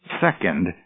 Second